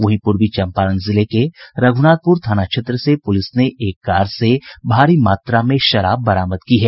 वहीं पूर्वी चंपारण जिले के रघुनाथपुर थाना क्षेत्र से पुलिस ने एक कार से भारी मात्रा में शराब बरामद की है